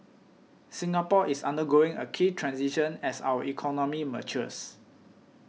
Singapore is undergoing a key transition as our economy matures